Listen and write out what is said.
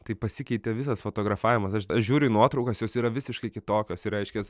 taip pasikeitė visas fotografavimas aš aš žiūriu į nuotraukas jos yra visiškai kitokios ir reiškias